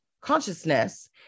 consciousness